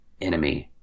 enemy